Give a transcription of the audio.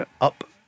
Up